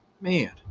man